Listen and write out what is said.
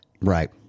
Right